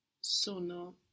sono